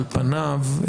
על פניו,